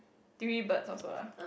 three birds also ah